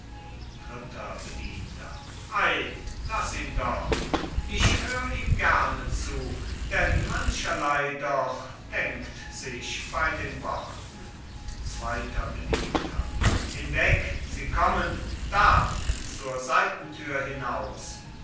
dritter bedienter ei laß ihn doch ich hör ihm gerne zu denn mancherlei doch denkt sich bei den worten zweiter bedienter hinweg sie kommen da zur seitentür hinaus